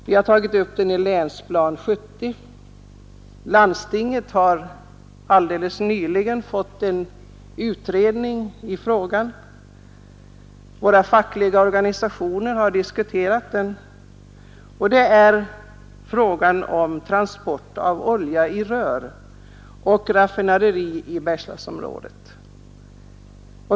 Vi har tagit upp den i Länsprogram 70, landstinget har alldeles nyligen gjort en utredning i frågan och våra fackliga organisationer har diskuterat den — jag avser nu närmast förslaget om transport av olja i rör och ett raffinaderi i Bergslagsområdet.